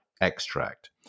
extract